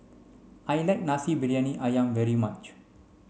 I like Nasi Briyani Ayam very much